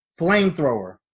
flamethrower